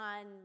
on